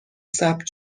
ثبت